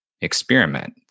experiment